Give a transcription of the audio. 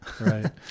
Right